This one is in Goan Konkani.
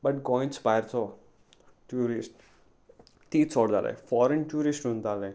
बट गोंयच भायरचो ट्युरिस्ट ती चोड जाले फॉरेन ट्युरिस्ट उणे जाले